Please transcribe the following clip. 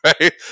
right